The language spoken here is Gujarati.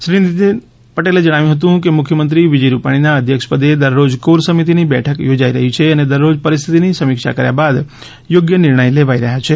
શ્રી નીતીન પટેલે જણાવ્યું હતું કે મુખ્યમંત્રી વિજય રૂપાણીના અધ્યક્ષપદે દરરોજ કોર સમિતીની બેઠક યોજાઇ રહી છે અને દરરોજ પરિસ્થિતીની સમીક્ષા કર્યા બાદ યોગ્ય નિર્ણય લેવાઇ રહ્યા છે